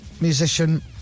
musician